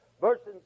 verses